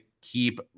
keep